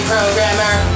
Programmer